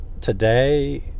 today